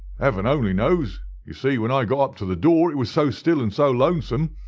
heaven only knows. ye see, when i got up to the door it was so still and so lonesome,